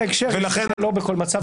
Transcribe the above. זה לא בכל מצב.